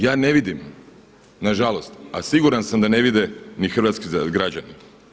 Ja ne vidim, nažalost a siguran sam da ne vide ni hrvatski građani.